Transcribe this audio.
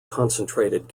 concentrated